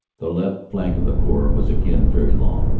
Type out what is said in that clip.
the left flank of the corps was again very long,